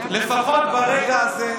לפחות ברגע הזה,